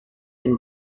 and